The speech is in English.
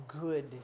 good